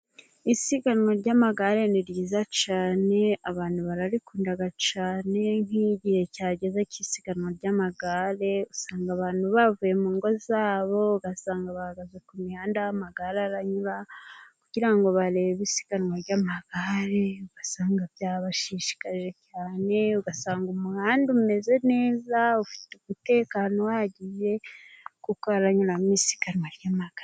Isiganwa ry'amagare ni ryiza cyane abantu bararikunda cyane, nk'igihe cyageze cy'isiganwa ry'amagare usanga abantu bavuye mu ngo zabo, ugasanga bahagaze ku mihanda bahamagara kugira ngo barebe isiganwa ry'amagare, basanga byabashishikaje cyane ugasanga umuhanda umeze neza ufite umutekano uhagije kuko haranyura isiganwa ry'amagare.